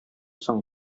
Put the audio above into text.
соң